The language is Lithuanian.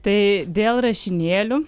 tai dėl rašinėlių